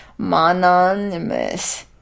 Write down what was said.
Mononymous